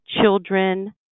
children